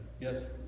Yes